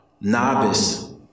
novice